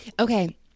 Okay